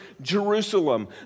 Jerusalem